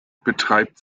betreibt